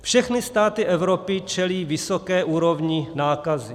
Všechny státy Evropy čelí vysoké úrovni nákazy.